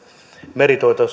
meri toi